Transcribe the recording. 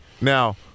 Now